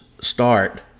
start